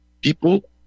People